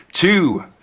Two